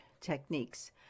techniques